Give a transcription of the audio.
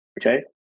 Okay